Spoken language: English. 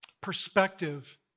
perspective